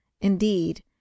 Indeed